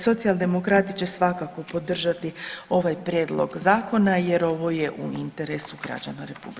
Socijaldemokrati će svakako podržati ovaj prijedlog zakona jer ovo je u interesu građana RH.